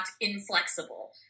inflexible